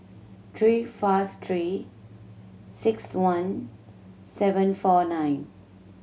three five Three Six One seven four nine